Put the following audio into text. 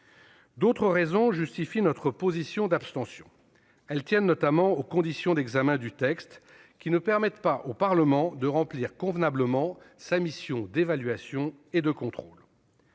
D'autres raisons justifient notre position d'abstention. Elles tiennent notamment aux conditions d'examen du texte, qui ne permettent pas au Parlement de remplir convenablement sa mission d'évaluation et de contrôle.